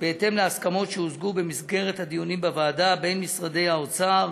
בהתאם להסכמות שהושגו במסגרת הדיונים בוועדה בין משרד האוצר